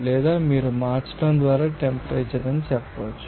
లేదా మీరు మార్చడం ద్వారా టెంపరేచర్ అని చెప్పవచ్చు